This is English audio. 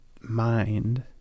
mind